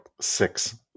six